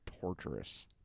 torturous